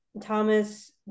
Thomas